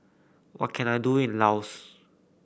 what can I do in Laos